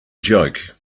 joke